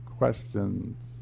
Questions